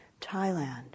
Thailand